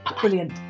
brilliant